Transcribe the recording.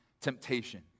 temptation